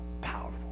powerful